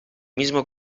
mismo